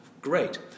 Great